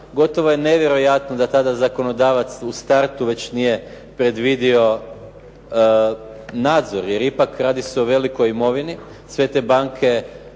Gotovo je nevjerojatno da tada zakonodavac u startu već nije predvidio nadzor, jer ipak radi se o velikoj imovini. Sve te banke